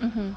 mmhmm